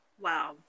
Wow